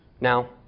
Now